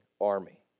army